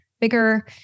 bigger